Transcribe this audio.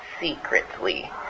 secretly